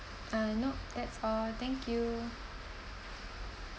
uh no that's all thank you